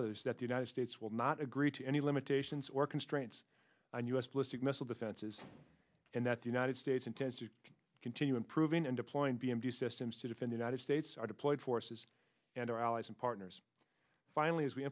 others that the united states will not agree to any limitations or constraints on u s listed missile defenses and that the united states intends to continue improving and deploying b m d systems to defend united states are deployed forces and our allies and partners finally as we